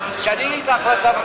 תשני לי את ההחלטה,